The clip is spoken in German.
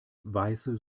weiße